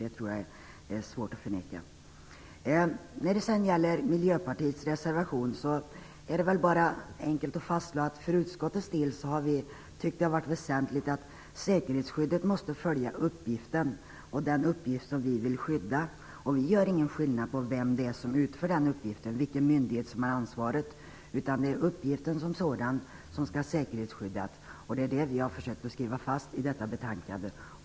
Det tror jag är svårt att förneka. När det sedan gäller Miljöpartiets reservation vill jag bara säga att det är enkelt att fastslå att vi i utskottet tyckt att det har varit väsentligt att säkerhetsskyddet följer den uppgift som vi vill skydda. Vi gör ingen skillnad mellan dem som utför den uppgiften - det handlar då om vilken myndighet som har ansvaret. Det är i stället uppgiften som sådan som skall säkerhetsskyddas. Det är detta som vi har försökt att slå fast i detta betänkande.